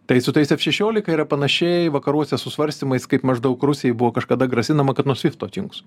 tai su tais f šešiolika yra panašiai vakaruose su svarstymais kaip maždaug rusijai buvo kažkada grasinama kad nuo svifto atjungs